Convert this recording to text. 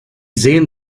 sehen